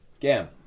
Gam